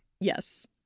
Yes